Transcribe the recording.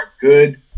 good